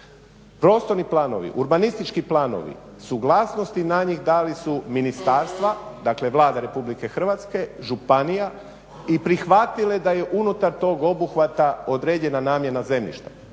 prostorni planovi, urbanistički planovi, suglasnosti na njih dali su ministarstva. Dakle, Vlada Republike Hrvatske, županija i prihvatila da je unutar tog obuhvata određena namjena zemljišta.